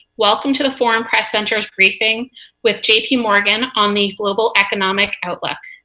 welcome to the foreign press center's briefing with j p. morgan on the global economic outlook.